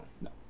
No